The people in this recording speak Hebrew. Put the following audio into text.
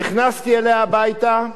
נכנסתי אליה הביתה,